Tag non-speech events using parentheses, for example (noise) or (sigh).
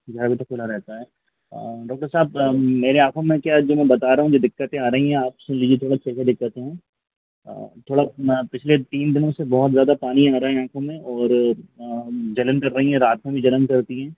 (unintelligible) बजे तक खुला रहता है डोक्टर साहब मेरे आँखों में क्या है जो मैं बता रहा हूँ जो दिक़्क़तें आ रहीं हैं आप सुन लीजिए थोड़ा (unintelligible) दिक़्क़तें हैं थोड़ा पिछले तीन दिनों से बहुत ज़्यादा पानी आ रहा है आँखों में और जलन कर रहीं हैं रात में भी जलन करती हैं